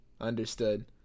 Understood